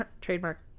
trademark